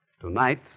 Tonight